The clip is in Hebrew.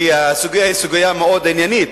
כי הסוגיה היא סוגיה מאוד עניינית.